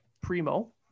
Primo